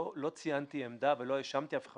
לא ציינתי עמדה ולא האשמתי אף אחד,